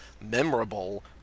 memorable